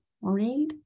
read